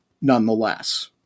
nonetheless